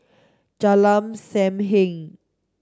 Jalan Sam Heng